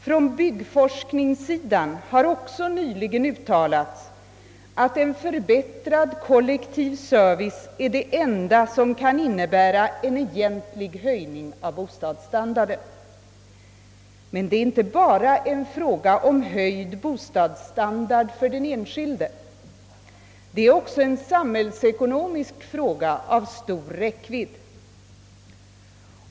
Från byggforskningssidan har också nyligen uttalats, att en förbättrad kollektiv service är det enda som kan innebära en egentlig höjning av bostadsstandarden. Men detta är inte bara en fråga om höjd bostadsstandard för den enskilde, utan det är också en samhällsekonomisk fråga av stor räckvidd.